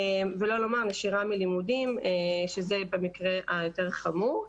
ולא לומר נשירה מלימודים שזה במקרה היותר-חמור.